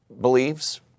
believes